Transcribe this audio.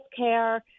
healthcare